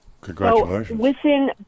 Congratulations